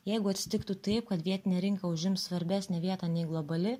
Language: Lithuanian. jeigu atsitiktų taip kad vietinė rinka užims svarbesnę vietą nei globali